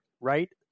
right